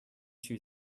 two